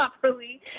properly